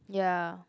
ya